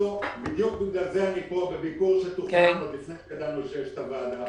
בדיוק אני כאן בביקור שתוכנן עוד לפני שידענו שיש ישיבת ועדה.